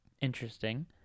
interesting